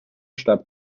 starb